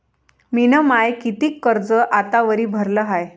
मिन माय कितीक कर्ज आतावरी भरलं हाय?